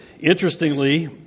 Interestingly